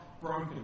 broken